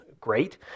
great